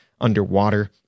underwater